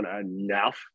enough